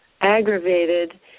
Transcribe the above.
aggravated